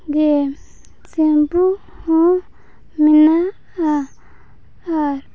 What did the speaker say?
ᱜᱮ ᱥᱮᱢᱯᱷᱩ ᱦᱚᱸ ᱢᱮᱱᱟᱜᱼᱟ ᱟᱨ